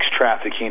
trafficking